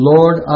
Lord